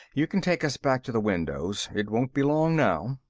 you can take us back to the windows. it won't be long now.